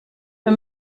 für